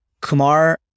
Kumar